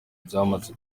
byamaze